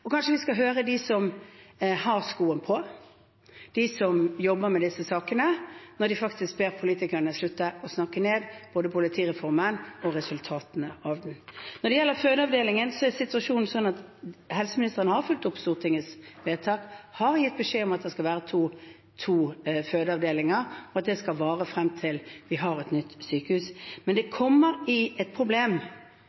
Kanskje vi skal høre på dem som har skoen på, de som jobber med disse sakene, når de faktisk ber politikerne slutte å snakke ned både politireformen og resultatene av den. Når det gjelder fødeavdelingen, er situasjonen den at helseministeren har fulgt opp Stortingets vedtak og gitt beskjed om at det skal være to fødeavdelinger, og at det skal vare frem til vi har et nytt sykehus. Men det